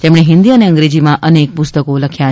તેમણે હિન્દી અને અંગ્રેજીમાં અનેક પુસ્તકો લખ્યા છે